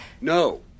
No